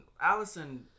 Allison